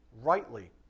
rightly